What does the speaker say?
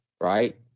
right